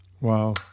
Wow